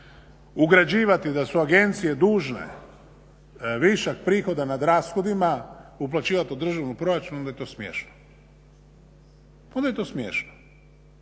ugrađivati da su agencije dužne višak prihoda nad rashodima uplaćivati u državni proračun onda je to smiješno, onda je to smiješno.